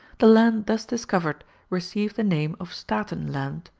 the land thus discovered received the name of staaten land,